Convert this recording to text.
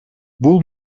бул